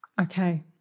Okay